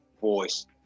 voice